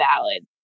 valid